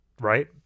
right